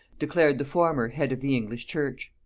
declared the former, head of the english church.